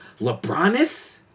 LeBronis